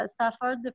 suffered